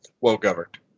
well-governed